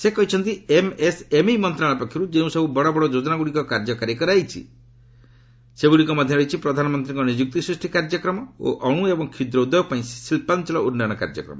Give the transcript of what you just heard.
ସେ କହିଛନ୍ତି ଏମ୍ଏସ୍ଏମ୍ଇ ମନ୍ତ୍ରଶାଳୟ ପକ୍ଷରୁ ଯେଉଁସବୁ ବଡ଼ ବଡ଼ ଯୋଜନାଗୁଡ଼ିକ କାର୍ଯ୍ୟକାରୀ କରାଯାଇଛି ସେଗୁଡ଼ିକ ମଧ୍ୟରେ ରହିଛି ପ୍ରଧାନମନ୍ତ୍ରୀଙ୍କ ନିଯୁକ୍ତି ସୃଷ୍ଟି କାର୍ଯ୍ୟକ୍ରମ ଓ ଅଣୁ ଏବଂ କ୍ଷୁଦ୍ର ଉଦ୍ୟୋଗ ପାଇଁ ଶିଳ୍ପାଞ୍ଚଳ ଉନ୍ନୟନ କାର୍ଯ୍ୟକ୍ରମ